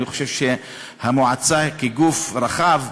אני חושב שהמועצה כגוף רחב,